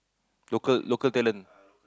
local local talent